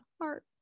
heart